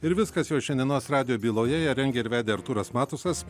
ir viskas jau šiandienos radijo byloje ją rengė ir vedė artūras matusas